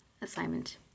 assignment